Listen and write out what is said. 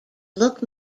look